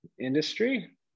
industry